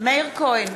מאיר כהן,